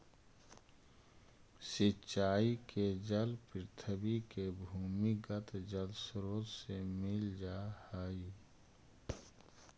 सिंचाई के जल पृथ्वी के भूमिगत जलस्रोत से मिल जा हइ